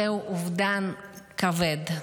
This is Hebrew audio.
זהו אובדן כבד.